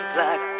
Black